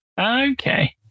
Okay